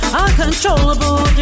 uncontrollable